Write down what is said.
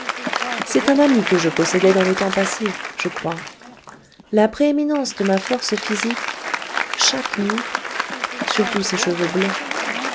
c'est un ami que je possédais dans les temps passés je crois la prééminence de ma force physique chaque nuit surtout ses cheveux blonds